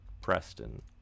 Preston